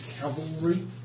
cavalry